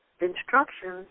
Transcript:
instructions